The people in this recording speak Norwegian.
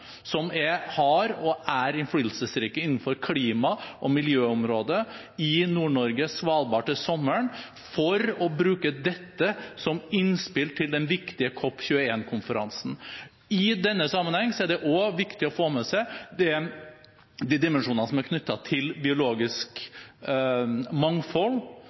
skal samle utenriksministre som er innflytelsesrike innenfor klima- og miljøområdet, i Nord-Norge, Svalbard, for å bruke dette som innspill til den viktige COP 21-konferansen. I denne sammenheng er det også viktig å få med seg de dimensjonene som er knyttet til biologisk mangfold,